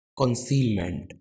concealment